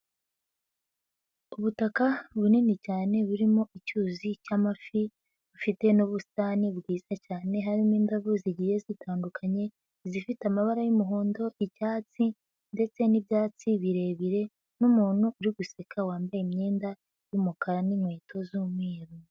Ubutaka bunini cyane burimo icyuzi cy'amafi bufite n'ubusitani bwitse cyane, harimo indabo zigiye zitandukanye zifite amabara y'umuhondo, icyatsi ndetse n'ibyatsi birebire n'umuntu uri guseka wambaye imyenda y'umukara n'inkweto z'umweru.